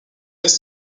est